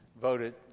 voted